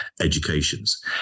educations